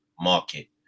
market